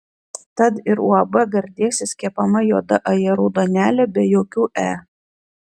tad ir uab gardėsis kepama juoda ajerų duonelė be jokių e